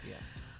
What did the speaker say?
Yes